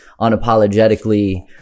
unapologetically